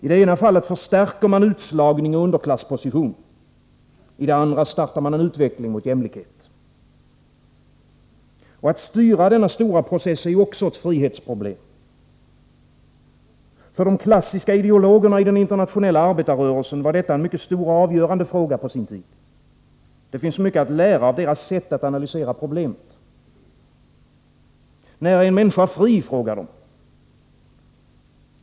I det ena fallet förstärker man utslagning och underklassposition, i det andra startar man en utveckling mot jämlikhet. Och att styra denna stora process är också ett frihetsproblem. För de klassiska ideologerna i den internationella arbetarrörelsen var detta en mycket stor och avgörande fråga. Det finns mycket att lära av deras sätt att analysera problemet. När är en människa fri? frågar de.